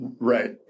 Right